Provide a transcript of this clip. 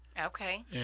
okay